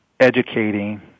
Educating